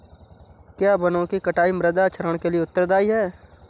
क्या वनों की कटाई मृदा क्षरण के लिए उत्तरदायी है?